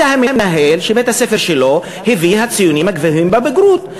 המנהל שבית-הספר שלו הביא ציונים גבוהים בבגרות.